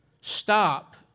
stop